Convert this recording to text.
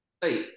Hey